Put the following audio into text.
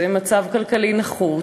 מצב כלכלי נחות,